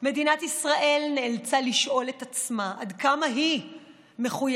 מדינת ישראל נאלצה לשאול את עצמה עד כמה היא מחויבת